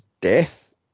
death